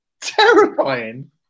Terrifying